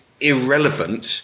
irrelevant